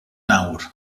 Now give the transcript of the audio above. nawr